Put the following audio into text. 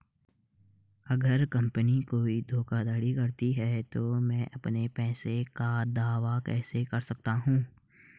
अगर कंपनी कोई धोखाधड़ी करती है तो मैं अपने पैसे का दावा कैसे कर सकता हूं?